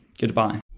goodbye